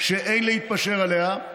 שאין להתפשר עליה,